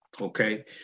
Okay